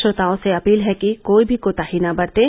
श्रोताओं से अपील है कि कोई भी कोताही न बरतें